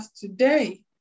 today